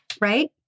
Right